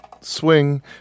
swing